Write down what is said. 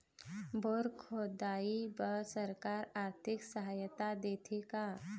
Bore खोदाई बर सरकार आरथिक सहायता देथे का?